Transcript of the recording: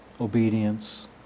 obedience